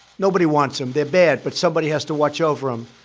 nobody wants them they're bad. but somebody has to watch over them.